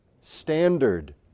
standard